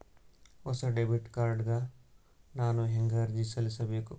ಹೊಸ debit card ಗ ನಾನು ಹೆಂಗ ಅರ್ಜಿ ಸಲ್ಲಿಸಬೇಕು?